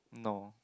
no